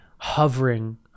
hovering